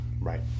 Right